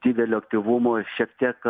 didelio aktyvumo šiek tiek